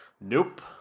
Nope